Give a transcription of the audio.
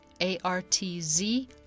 A-R-T-Z